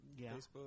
Facebook